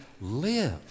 live